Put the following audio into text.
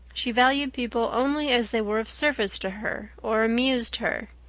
she valued people only as they were of service to her or amused her.